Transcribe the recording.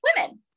women